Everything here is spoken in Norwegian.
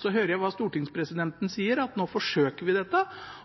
Så hører jeg hva stortingspresidenten sier, at nå forsøker vi dette,